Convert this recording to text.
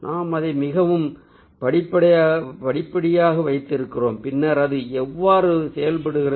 நாம் அதை மிகவும் படிப்படியாக வைத்திருக்கிறோம் பின்னர் அது எவ்வாறு செயல்படுகிறது